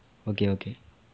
okay okay